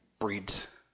breeds